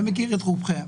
ומכיר את רובכם,